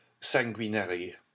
sanguinary